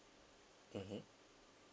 mmhmm